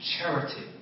charity